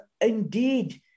indeed